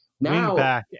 Now